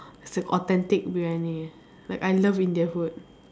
it's the authentic Briyani like I love India food